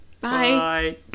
bye